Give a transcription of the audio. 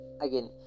Again